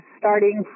starting